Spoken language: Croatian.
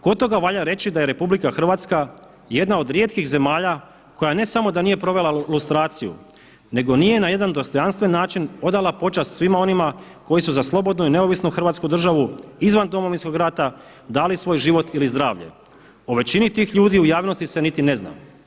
Kod toga valja reći da je RH jedna od rijetkih zemalja koja ne samo da nije provela lustraciju, nego nije na jedan dostojanstven način odala počast svima onima koji su za slobodnu i neovisnu Hrvatsku državu izvan Domovinskog rata dali svoj život ili zdravlje o većini tih ljudi u javnosti se niti ne zna.